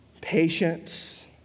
patience